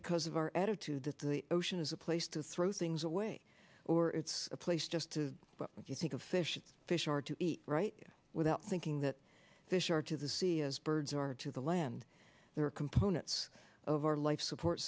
because of our attitude that the ocean is a place to throw things away or it's a place just to let you think of fish fish or to eat right without thinking that fish are to the sea as birds or to the land there are components of our life support